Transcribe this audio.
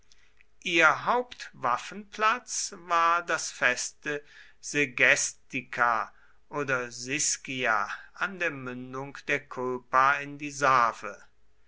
ihr hauptwaffenplatz war das feste segestica oder siscia an der mündung der kulpa in die